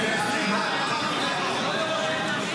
אתה לא יורד?